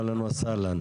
אהלן וסהלן.